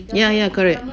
ya ya correct